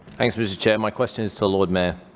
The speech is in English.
thanks, mr chair. my question is to the lord mayor.